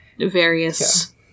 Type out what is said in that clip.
various